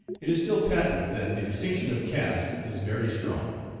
it is still patent that the distinction of caste is very strong.